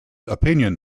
opinion